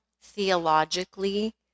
theologically